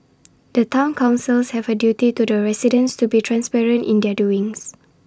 the Town councils have A duty to the residents to be transparent in their doings